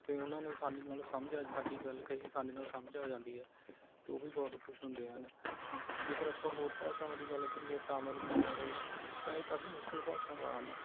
ਅਤੇ ਉਹਨਾਂ ਨੂੰ ਅਸਾਨੀ ਨਾਲ ਸਮਝ ਆ ਸਾਡੀ ਗੱਲ ਕਹੀ ਅਸਾਨੀ ਨਾਲ ਸਮਝ ਆ ਜਾਂਦੀ ਹੈ ਅਤੇ ਉਹ ਵੀ ਬਹੁਤ ਖੁਸ਼ ਹੁੰਦੇ ਹਨ ਜੇਕਰ ਆਪਾਂ ਹੋਰ ਭਾਸ਼ਾਵਾਂ ਦੀ ਗੱਲ ਕਰੀਏ ਤਾਂ ਮਤਲਬ ਕੰਨੜ ਤਾਂ ਇਹ ਕਾਫੀ ਮੁਸ਼ਕਿਲ ਭਾਸ਼ਾਵਾਂ ਹਨ